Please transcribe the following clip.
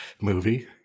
movie